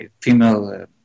female